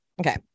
Okay